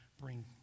bring